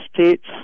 states